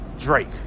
Drake